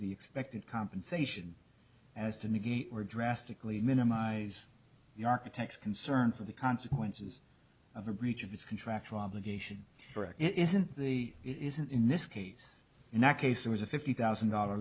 the expected compensation as to negate or drastically minimize the architect's concern for the consequences of a breach of its contractual obligation for it isn't the it is in this case in that case there was a fifty thousand dollar